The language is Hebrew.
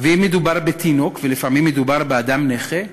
ואם מדובר בתינוק, ולפעמים מדובר באדם נכה,